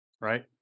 Right